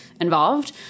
involved